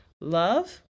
love